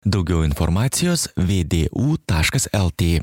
daugiau informacijos vė dė u taškas el tė